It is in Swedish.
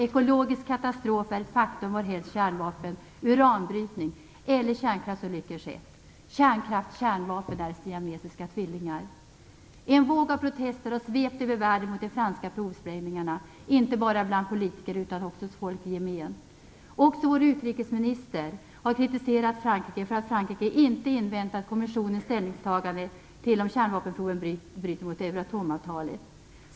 Ekologisk katastrof är ett faktum varhelst kärnvapen, uranbrytning eller kärnkraftsolyckor sker. Kärnkraft - kärnvapen är siamesiska tvillingar. En våg av protester har svept över världen mot de franska provsprängningarna, inte bara bland politiker utan också bland folk i gemen. Även vår utrikesminister har kritiserat Frankrike för att Frankrike inte inväntat kommissionens ställningstagande till om kärnvapenproven bryter mot Euratomavtalet.